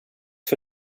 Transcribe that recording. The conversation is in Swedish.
för